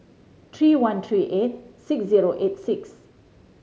three one three eight six zero eight six